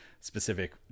specific